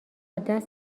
دست